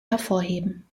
hervorheben